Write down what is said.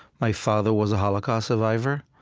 my father was a holocaust survivor,